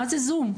מה זה זום,